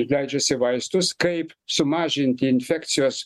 leidžiasi vaistus kaip sumažinti infekcijos